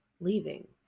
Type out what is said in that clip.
leaving